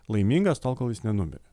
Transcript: laimingas tol kol jis nenumirė